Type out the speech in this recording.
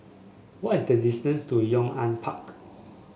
what is the distance to Yong An Park